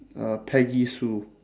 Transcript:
uh peggy sue